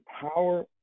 power